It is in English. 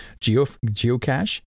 geocache